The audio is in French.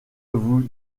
vous